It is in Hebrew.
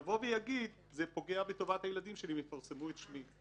יבוא ויגיד: זה פוגע בטובת הילדים שלי אם יפרסמו את שמי.